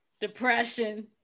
depression